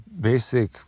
basic